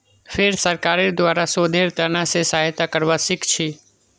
फेर सरकारेर द्वारे शोधेर त न से सहायता करवा सीखछी